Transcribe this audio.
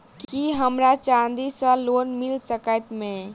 की हमरा चांदी सअ लोन मिल सकैत मे?